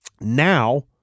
Now